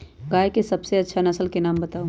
गाय के सबसे अच्छा नसल के नाम बताऊ?